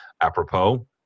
apropos